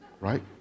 Right